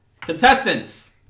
contestants